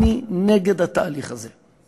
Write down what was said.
אני נגד התהליך הזה.